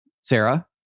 Sarah